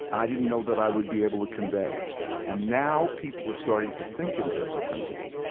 i didn't know that i would be able to convey and now people are starting to think in terms of principles.